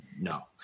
No